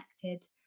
connected